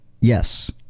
Yes